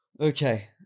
okay